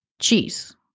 cheese